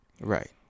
Right